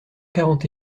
quarante